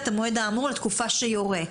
את המועד האמור לתקופה שיורה".